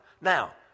Now